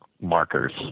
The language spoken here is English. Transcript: markers